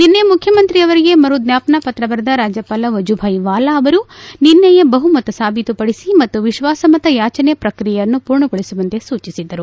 ನಿನ್ನೆ ಮುಖ್ಯಮಂತ್ರಿ ಅವರಿಗೆ ಮರು ಜ್ವಾಪನಾಪತ್ರ ಬರೆದ ರಾಜ್ಯಪಾಲ ವಜುಭಾಯಿ ವಾಲಾ ಅವರು ನಿನ್ನೆಯೇ ಬಹುಮತ ಸಾಬೀತುಪಡಿಸಿ ಮತ್ತು ವಿಶ್ವಾಸಮತ ಯಾಚನೆ ಪ್ರಕ್ರಿಯೆಯನ್ನು ಪೂರ್ಣಗೊಳಸುವಂತೆ ಸೂಚಿಸಿದ್ದರು